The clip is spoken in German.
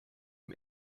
ihm